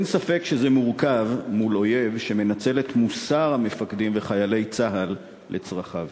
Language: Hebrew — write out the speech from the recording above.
אין ספק שזה מורכב מול אויב שמנצל את מוסר המפקדים וחיילי צה"ל לצרכיו.